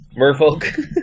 Merfolk